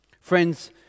Friends